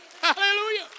Hallelujah